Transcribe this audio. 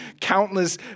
countless